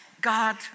God